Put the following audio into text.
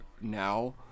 now